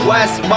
West